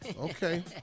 okay